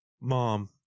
Mom